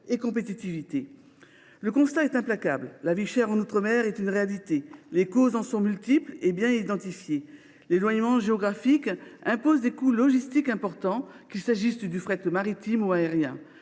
et compétitivité. Le constat est implacable : la vie chère en outre mer est une réalité. Les causes en sont multiples et bien identifiées. L’éloignement géographique impose des coûts logistiques importants, qu’il s’agisse du fret maritime ou aérien.